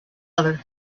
other